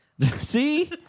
See